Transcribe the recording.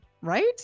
right